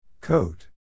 Coat